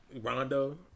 Rondo